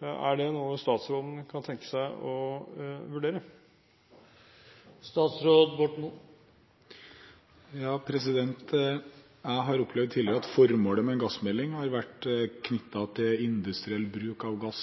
Er det noe statsråden kunne tenke seg å vurdere? Jeg har tidligere opplevd at formålet med en gassmelding har vært knyttet til industriell bruk av gass